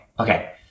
Okay